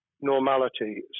normality